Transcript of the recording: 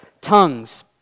tongues